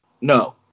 No